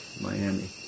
Miami